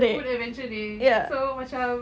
food adventure day so macam